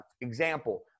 example